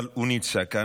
אבל הוא נמצא כאן,